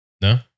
No